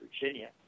Virginia